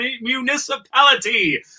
municipality